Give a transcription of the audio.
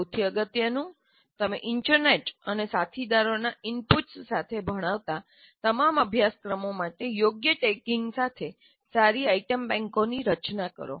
સૌથી અગત્યનુંતમે ઇન્ટરનેટ અને સાથીદારોના ઇનપુટ્સ સાથે ભણાવતા તમામ અભ્યાસક્રમો માટે યોગ્ય ટેગિંગ સાથે સારી આઇટમ બેંકોની રચના કરો